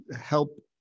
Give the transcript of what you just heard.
help